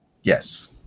Yes